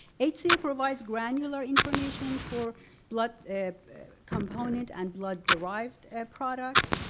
hca provides granular information for blood component and blood derived products,